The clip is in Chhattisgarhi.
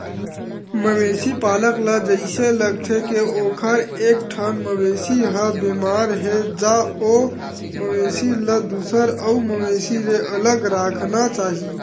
मवेशी पालक ल जइसे लागथे के ओखर एकठन मवेशी ह बेमार हे ज ओ मवेशी ल दूसर अउ मवेशी ले अलगे राखना चाही